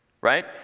right